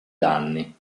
danni